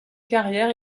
carrière